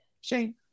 Shane